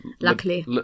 Luckily